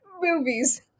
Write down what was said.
Movies